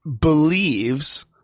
believes